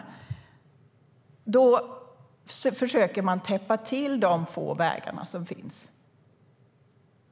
Med operationer som Mos Maiorum försöker man täppa till de få vägar som finns.